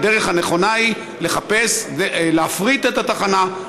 הדרך הנכונה היא להפריט את התחנה,